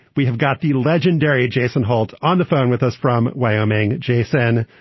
we have got the legendary jason holt on the phone with us from wyoming. jason,